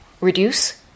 reduce